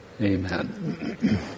amen